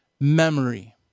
memory